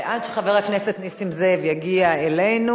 ועד שחבר הכנסת נסים זאב יגיע אלינו,